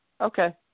Okay